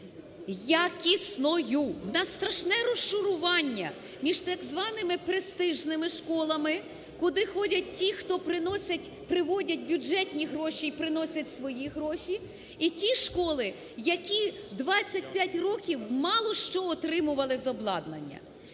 якісною. У нас страшне розшарування між так званими престижними школами, куди ходять ті, хто приносять… приводять бюджетні гроші і приносять свої гроші, і ті школи, які 25 років мало що отримували з обладнання.